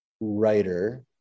writer